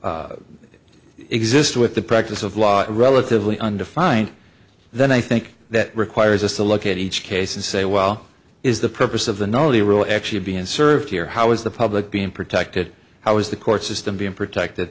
to exist with the practice of law relatively undefined then i think that requires us to look at each case and say well is the purpose of the no the rule actually being served here how is the public being protected how is the court system being protected